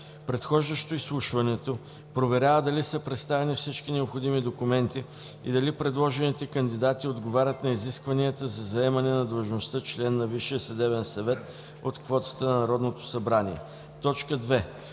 предхождащо изслушването, проверява дали са представени всички необходими документи и дали предложените кандидати отговарят на изискванията за заемане на длъжността „член на Висшия съдебен съвет“ от